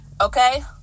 okay